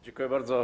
Dziękuję bardzo.